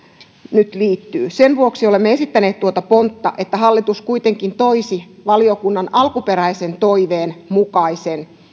nyt liittyy sen vuoksi olemme esittäneet tuota pontta että hallitus kuitenkin toisi valiokunnan alkuperäisen toiveen mukaisen